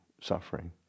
suffering